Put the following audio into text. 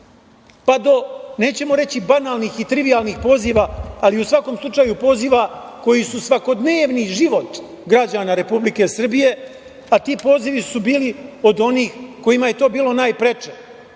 pa do nećemo reći banalnih i trivijalnih poziva, ali u svakom slučaju poziva koji su svakodnevni život građana Republike Srbije, a ti pozivi su bili od onih kojima je to bilo najpreče